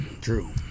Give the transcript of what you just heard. true